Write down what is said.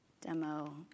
demo